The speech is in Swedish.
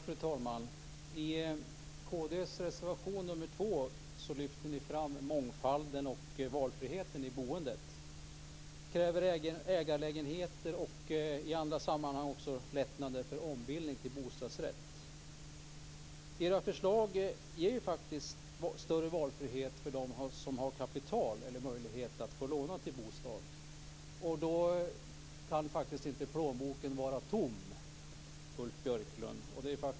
Fru talman! I kristdemokraternas reservation nr 2 lyfter ni fram mångfalden och valfriheten i boendet och i andra sammanhang även ägarlägenheter och lättnader för ombildning till bostadsrätt. Era förslag ger faktiskt större valfrihet för dem som har kapital eller möjlighet att låna till en bostad. Då kan inte plånboken vara tom, Ulf Björklund.